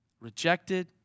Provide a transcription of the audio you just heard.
rejected